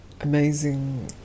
amazing